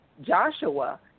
Joshua